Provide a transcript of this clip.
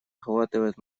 охватывает